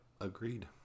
agreed